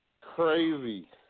crazy